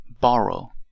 borrow